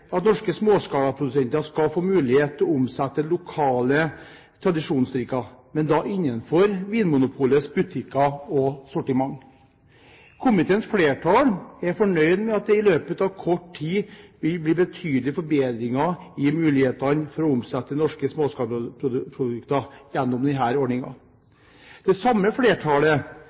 norske småskalaprodusenter skal få mulighet til å omsette lokale tradisjonsdrikker, men da innenfor Vinmonopolets butikker og sortiment. Komiteens flertall er fornøyd med at det i løpet av kort tid vil bli betydelige forbedringer i mulighetene for å omsette norske småskalaprodukter gjennom disse ordningene. Det samme flertallet